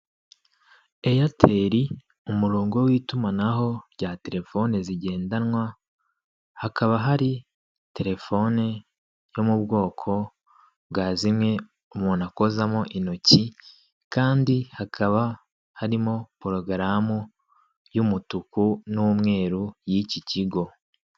Airtel umurongo w'itumanaho rya telefoni zigendanwa, hakaba hari telefoni yo mu bwoko bwa zimwe umuntu akozamo intoki kandi hakaba harimo porogaramu y'umutuku n'umweru y'iki kigo.